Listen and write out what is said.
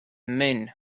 men